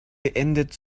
beendet